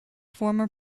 former